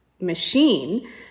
machine